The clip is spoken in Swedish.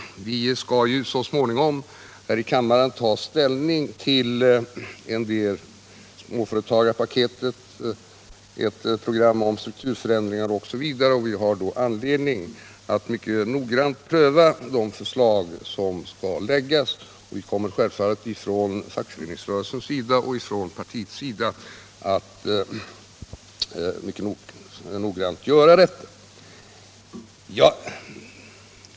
Vi skall så småningom här i kammaren ta ställning till en del förslag: småföretagarpaketet, ett program om strukturförändringar osv. Vi kommer självfallet från fackföreningsrörelsens sida och från partiets sida att mycket noggrant pröva de förslag som då kommer att framläggas.